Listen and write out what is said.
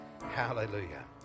Hallelujah